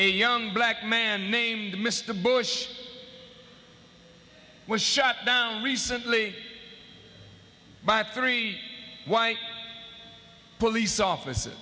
a young black man named mr bush was shot down recently by three why police office